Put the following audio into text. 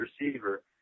receiver